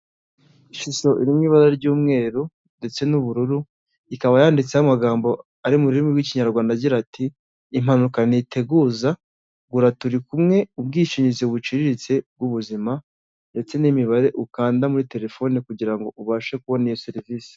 Ishusho iri mu ibara ry'umweru ndetse n'ubururu ikaba yanditseho amagambo ari mu rurimi rw'ikinyarwanda agira ati "impanuka ntiteguza gura turi kumwe ubwishingizi buciriritse bw'ubuzima" ndetse n'imibare ukanda muri telefoni kugira ngo ubashe kubona iyo serivisi.